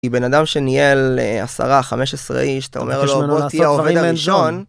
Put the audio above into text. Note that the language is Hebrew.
‫היא בן אדם שניהל עשרה, חמש עשרה איש, ‫אתה אומר לו, בוא תהיה עובד אריז'ון.